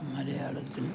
മലയാളത്തിൽ